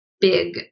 big